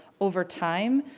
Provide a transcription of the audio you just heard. over time,